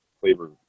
flavor